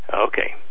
Okay